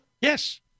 yes